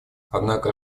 однако